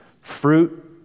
fruit